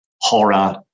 horror